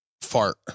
Fart